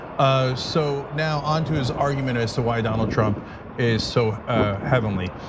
um so now on to his argument as to why donald trump is so heavenly.